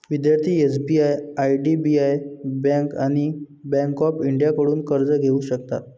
विद्यार्थी SBI IDBI bank आणि bank of इंडियाकडून कर्ज घेऊ शकतात